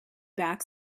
back